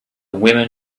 women